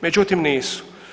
Međutim nisu.